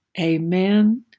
Amen